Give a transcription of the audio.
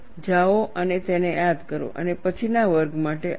જાઓ અને તેને યાદ કરો અને પછીના વર્ગ માટે આવો